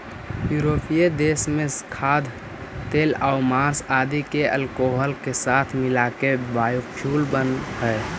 यूरोपीय देश में खाद्यतेलआउ माँस आदि के अल्कोहल के साथ मिलाके बायोफ्यूल बनऽ हई